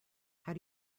how